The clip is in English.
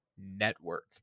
Network